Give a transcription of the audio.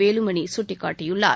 வேலுமணி சுட்டிக்காட்டியுள்ளார்